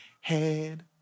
head